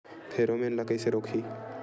Pheromone ला कइसे रोकही?